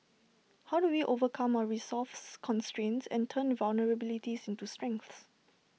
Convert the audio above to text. how do we overcome our resource constraints and turn vulnerabilities into strengths